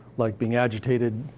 like being agitated,